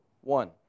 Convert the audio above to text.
one